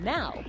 Now